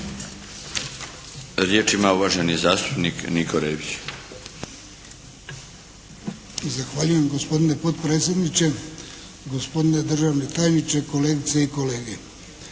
Riječ ima uvaženi zastupnik Niko Rebić. **Rebić, Niko (HDZ)** Zahvaljujem gospodine potpredsjedniče, gospodine državni tajniče, kolegice i kolege.